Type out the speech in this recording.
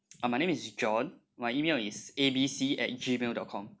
uh my name is john my E-mail is A B C at Gmail dot com